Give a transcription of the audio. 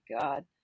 God